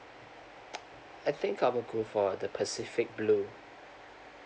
I think I will go for the pacific blue